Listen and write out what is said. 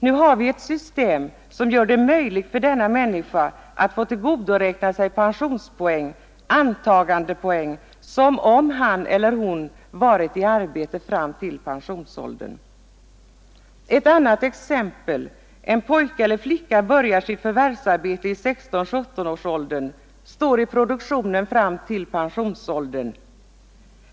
Nu har vi ett system som gör det möjligt för denna människa att få tillgodoräkna sig pensionspoäng, s.k. antagandepoäng, som om han eller hon varit i arbete fram till pensionsåldern. Ett annat exempel: En pojke eller flicka börjar sitt förvärvsarbete i 16—17-årsåldern och står i produktionen fram till pensionsåldern.